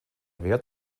wert